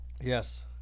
Yes